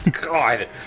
God